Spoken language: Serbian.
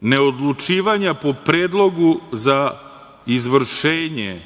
ne odlučivanja po predlogu za izvršenje